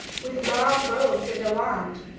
with long robes and a wand.